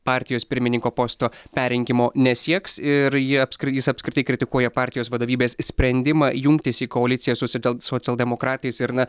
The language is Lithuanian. partijos pirmininko posto perrinkimo nesieks ir ji apskri jis apskritai kritikuoja partijos vadovybės sprendimą jungtis į koaliciją su socel socialdemokratais ir na